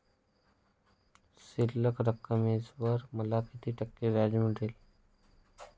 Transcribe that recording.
शिल्लक रकमेवर मला किती टक्के व्याज मिळेल?